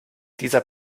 dieser